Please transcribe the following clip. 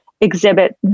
exhibit